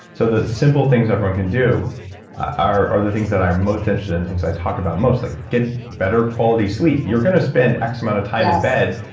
so that simple things everyone can do are are the things that i'm most interested in, things i talk about most, like get better quality sleep. you're going to spend x amount of time in bed.